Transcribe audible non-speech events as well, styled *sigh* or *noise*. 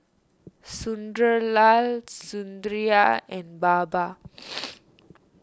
Sunderlal Sundaraiah and Baba *noise*